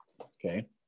Okay